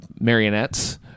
marionettes